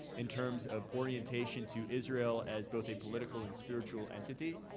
in terms of orientation to israel as both a political and spiritual entity.